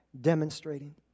demonstrating